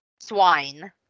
swine